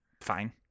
Fine